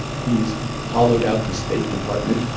he's hollowed out the state department.